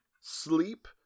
Sleep